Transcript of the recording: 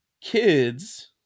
kids